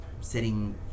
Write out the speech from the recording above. setting